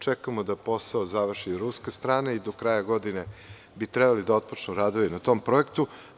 Čekamo da posao završi ruska strana i do kraja godine bi trebali da otpočnu radovi na tom projektu.